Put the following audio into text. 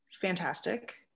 Fantastic